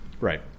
Right